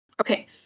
Okay